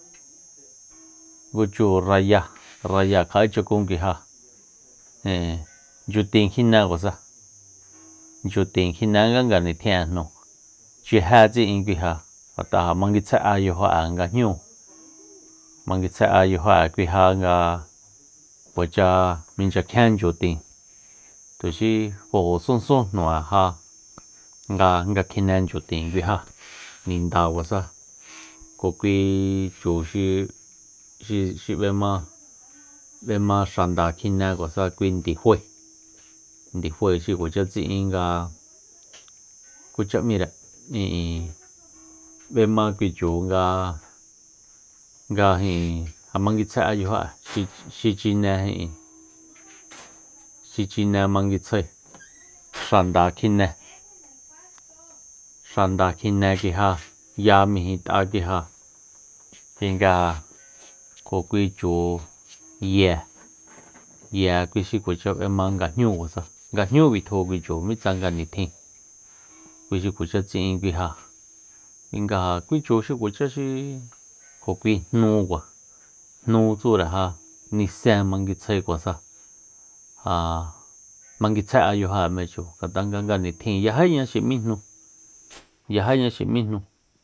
Ngu chu rayáa kja'écha kun kui ja ijin nchyutin kjine kuasa nchyutin kjinénga nga nitjin'e jnu chijé tysi'in kui ja ngat'a ja manguitsjae'a yajo'e nga jñúu manguitjsae yajo'e kui ja nga kuacha minchya kjien nchyutin tuxi fajo sunsun jnu'e ja nga kjine nchyutjin kui ja nindakuasa kjo kui chu xi- xi- xi b'ema- b'ema xanda kjinekuasa kui ndifae- ndifae xi kuacha tsi'in nga kucha m'íre ijin b'ema kui chu nga- nga ijin manguitjsae'a yajo'e xi chine- xi chine manguitsjae xanda kjine- xanda kjine kui ja ya mijint'a kui ja kui nga kjo kui chu ye- ye kui xi kuacha b'ema nga jnúukua nga jñú bitju kui chu mitsa nga nitjin kui xi kuacha tsi'in kui ja kui nga ja kui chu xi kuacha xi kjo kui jnúkua jnu tsure ja nisen manguitsjae kuasa ja manguitsjae'a yajo'e m'é chu ngat'a nga nganitjin yajíña xi m'í jnu- yajíña xi m'í jnu